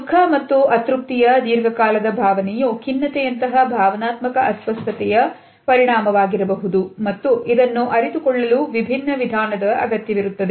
ದುಃಖ ಮತ್ತು ಅತೃಪ್ತಿಯ ದೀರ್ಘಕಾಲದ ಭಾವನೆಯು ಖಿನ್ನತೆಯಂತಹ ಭಾವನಾತ್ಮಕ ಅಸ್ವಸ್ಥತೆಯ ಪರಿಣಾಮವಾಗಿರಬಹುದು ಮತ್ತು ಇದನ್ನು ಅರಿತುಕೊಳ್ಳಲು ವಿಭಿನ್ನ ವಿಧಾನದ ಅಗತ್ಯವಿರುತ್ತದೆ